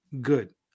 Good